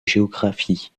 géographie